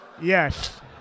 Yes